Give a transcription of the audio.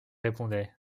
répondait